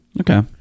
okay